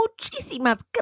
Muchísimas